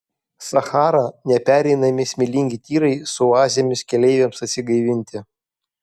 sachara nepereinami smėlingi tyrai su oazėmis keleiviams atsigaivinti